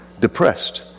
depressed